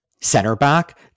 center-back